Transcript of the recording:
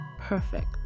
perfect